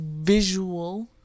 visual